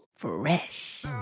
fresh